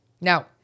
Now